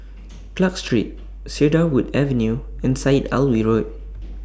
Clarke Street Cedarwood Avenue and Syed Alwi Road